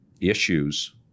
issues